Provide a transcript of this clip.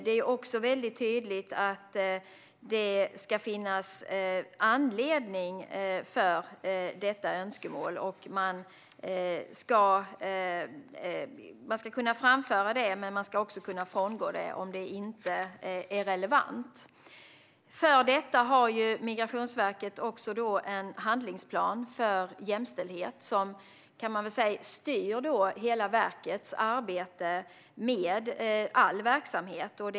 Det är också väldigt tydligt att det ska finnas en anledning till detta önskemål. Personer ska kunna framföra önskemålet, men man ska också kunna frångå det om det inte är relevant. För detta har Migrationsverket en handlingsplan för jämställdhet som styr hela verkets arbete med all verksamhet.